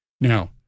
Now